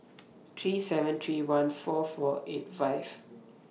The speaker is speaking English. three seven three one four four eight five